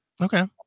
Okay